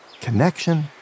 Connection